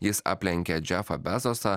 jis aplenkė džefą bezosą